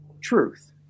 truth